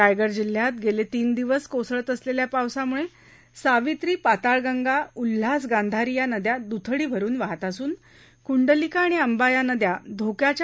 रायगड जिल्ह्यात गेले तीन दिवस कोसळत असलेल्या पावसामुळे सावित्री पाताळगंगा उल्हास गांधारी या नद्या दुथडी भरून वहात असून कुंडलिका आणि अंबा या नद्या धोक्याच्या खुणेजवळून वाहत आहेत